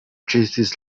ĉesis